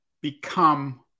become